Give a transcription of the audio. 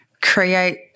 create